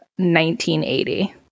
1980